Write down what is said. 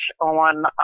on